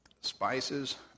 spices